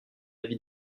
vie